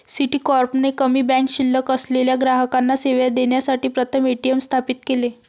Citicorp ने कमी bank शिल्लक असलेल्या ग्राहकांना सेवा देण्यासाठी प्रथम ए.टी.एम स्थापित केले